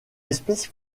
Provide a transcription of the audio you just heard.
espèce